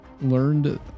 learned